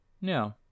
No